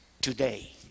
today